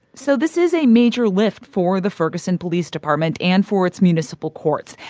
so this is a major lift for the ferguson police department and for its municipal courts.